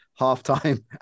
halftime